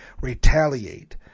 retaliate